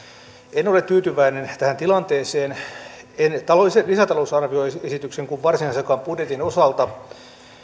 en ole tyytyväinen tähän tilanteeseen en lisätalousarvioesityksen enkä varsinaisenkaan budjetin osalta